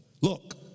Look